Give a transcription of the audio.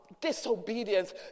disobedience